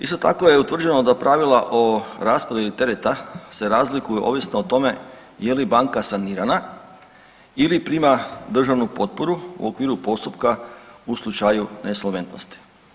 Isto tako je utvrđeno da pravila o rasporedu tereta se razlikuju ovisno o tome je li banka sanirana ili prima državnu potporu u okviru postupka u slučaju nesolventnosti.